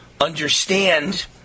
understand